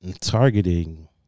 targeting